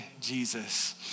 Jesus